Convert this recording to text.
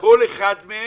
שכל אחד מהם